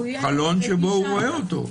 חלון שהוא רואה אותו.